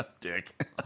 dick